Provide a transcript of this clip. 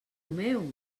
meu